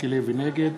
נגד